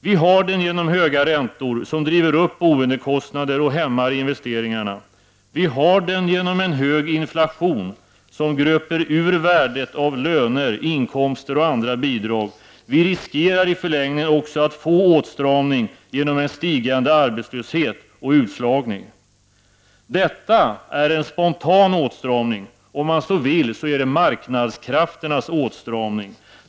Vi har den genom höga räntor som driver upp boendekostnader och hämmar investeringarna. Vi har den genom en hög inflation som gröper ur värdet av löner, inkomster och andra bidrag. Vi riskerar i förlängningen också att få åtstramning genom en stigande arbetslöshet och utslagning. Detta är en spontan åtstramning — om man så vill är det marknadskrafternas åtstramning.